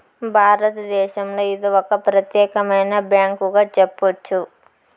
భారతదేశంలో ఇది ఒక ప్రత్యేకమైన బ్యాంకుగా చెప్పొచ్చు